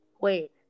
Wait